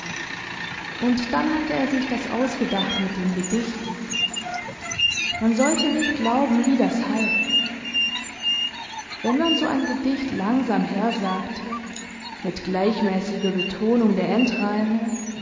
und dann hatte er sich das ausgedacht mit den gedichten man sollte nicht glauben wie das half wenn man so ein gedicht langsam hersagte mit gleichmäßiger betonung der